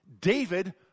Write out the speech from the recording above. David